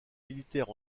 militaire